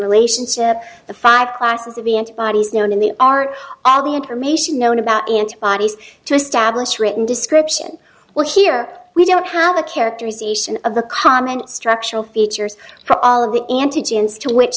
relationship the five classes of the antibodies known in the art all the information known about antibodies to establish written description well here we don't have a characterization of the common structural features or all of the antigens to which